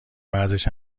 ورزش